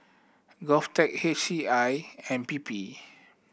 GovTech H C I and P P